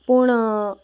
पूण